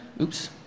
oops